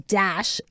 dash